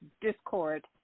discord